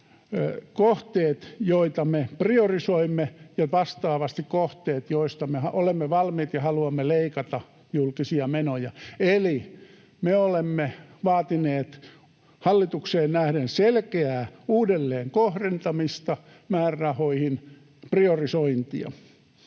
kohteet, joita me priorisoimme, ja vastaavasti kohteet, joista me olemme valmiit leikkaamaan ja haluamme leikata julkisia menoja. Eli me olemme vaatineet hallitukseen nähden selkeää uudelleenkohdentamista, määrärahojen priorisointia.